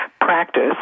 practice